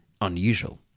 unusual